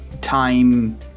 time